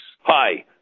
Hi